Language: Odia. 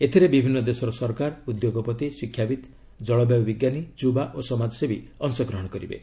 ଏଥିରେ ବିଭିନ୍ନ ଦେଶର ସରକାର ଉଦ୍ୟେଗପତି ଶିକ୍ଷାବିତ୍ ଜଳବାୟୁ ବିଞ୍ଜାନୀ ଯୁବା ଓ ସମାଜସେବୀ ଅଂଶଗ୍ରହଣ କରିବେ